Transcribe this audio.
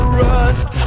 rust